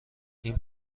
این